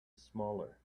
smaller